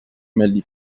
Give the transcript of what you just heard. ملی